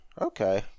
Okay